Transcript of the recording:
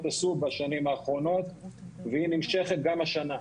עשו בשנים האחרונות והיא נמשכת גם השנה.